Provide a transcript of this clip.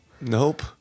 Nope